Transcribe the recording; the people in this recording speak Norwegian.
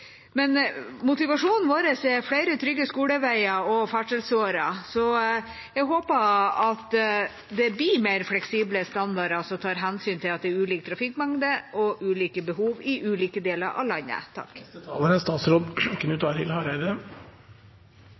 Men motivasjonen vår er flere trygge skoleveier og ferdselsårer, så jeg håper at det blir mer fleksible standarder som tar hensyn til at det er ulik trafikkmengde og ulike behov i ulike deler av landet.